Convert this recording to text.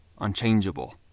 unchangeable